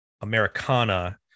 Americana